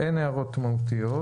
אין הערות מהותיות.